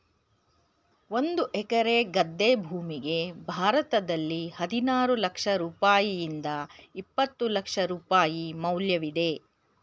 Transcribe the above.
ಒಂದು ಎಕರೆ ಗದ್ದೆ ಭೂಮಿಗೆ ಭಾರತದಲ್ಲಿ ಹದಿನಾರು ಲಕ್ಷ ರೂಪಾಯಿಯಿಂದ ಇಪ್ಪತ್ತು ಲಕ್ಷ ರೂಪಾಯಿ ಮೌಲ್ಯವಿದೆ